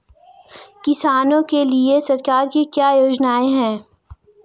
किसानों के लिए सरकार की क्या योजनाएं हैं?